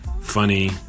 funny